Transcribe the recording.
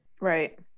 right